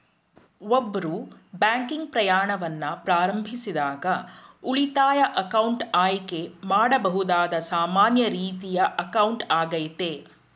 ಒಬ್ರು ಬ್ಯಾಂಕಿಂಗ್ ಪ್ರಯಾಣವನ್ನ ಪ್ರಾರಂಭಿಸಿದಾಗ ಉಳಿತಾಯ ಅಕೌಂಟ್ ಆಯ್ಕೆ ಮಾಡಬಹುದಾದ ಸಾಮಾನ್ಯ ರೀತಿಯ ಅಕೌಂಟ್ ಆಗೈತೆ